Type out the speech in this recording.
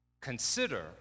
Consider